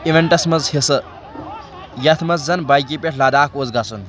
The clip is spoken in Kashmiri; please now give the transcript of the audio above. اِویٚنٹَس منٛز حِصہٕ یَتھ منٛز زَن بایکہِ پٮ۪ٹھ لداخ اوس گژھُن